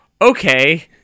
Okay